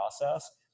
process